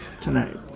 tonight